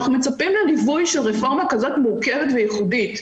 אנחנו מצפים לליווי של רפורמה כזאת מורכבת וייחודית,